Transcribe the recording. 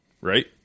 right